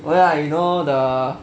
oh ya you know the